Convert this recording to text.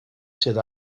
sydd